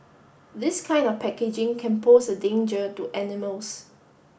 this kind of packaging can pose a danger to animals